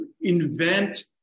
invent